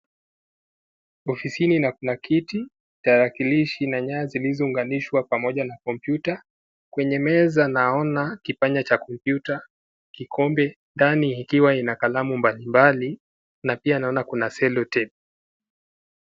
Ofisini na kuna kiti tarakilishi na nyaya zilizounganishwa pamoja na kompyuta, kwenye meza naona kipanya ya kompyuta, kikombe ndani ikiwa na makalamu na pia naona kuna (cs)selotepi(cs).